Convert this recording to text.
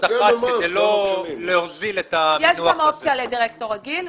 לא דח"צים --- יש גם אופציה לדירקטור רגיל,